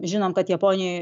žinom kad japonijoj